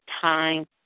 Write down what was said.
time